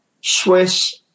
Swiss